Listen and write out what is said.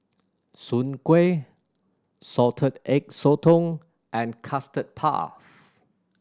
soon kway Salted Egg Sotong and Custard Puff